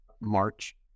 march